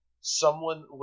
someone-